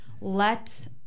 let